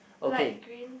light green